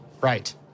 Right